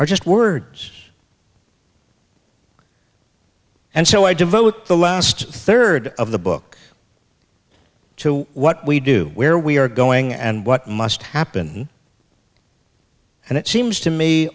are just words and so i devote the last third of the book to what we do where we are going and what must happen and it seems to me